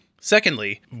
Secondly